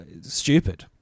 stupid